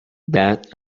that